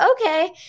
okay